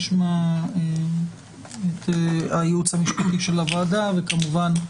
נשמע את הייעוץ המשפטי של הוועדה וכמובן,